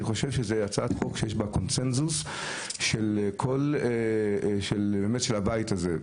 אני חושב שזאת הצעת חוק שיש בה קונצנזוס של הבית הזה,